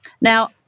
Now